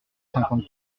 cinquante